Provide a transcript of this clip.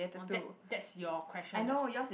that that's your question that's